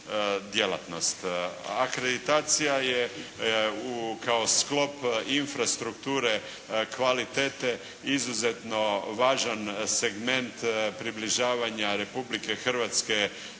Akreditacija je kao sklop infrastrukture kvalitete izuzetno važan segment približavanja Republike Hrvatske